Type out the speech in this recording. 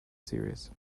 series